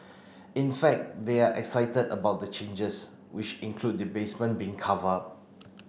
in fact they are excited about the changes which include the basement being cover up